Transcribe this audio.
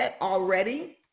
already